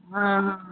ਹਾਂ ਹਾਂ